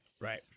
Right